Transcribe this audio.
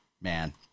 man